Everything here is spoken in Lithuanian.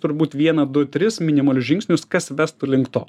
turbūt vieną du tris minimalius žingsnius kas vestų link to